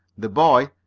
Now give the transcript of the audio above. the boy,